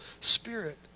spirit